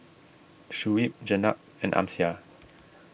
Shuib Jenab and Amsyar